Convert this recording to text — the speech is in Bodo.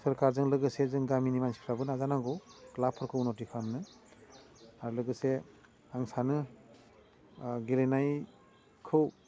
सोरखारजों लोगोसे जों गामिनि मानसिफ्राबो नाजानांगौ क्लाबफोरखौ उन्नथि खालामनो आरो लोगोसे आं सानो गेलेनायखौ